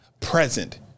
present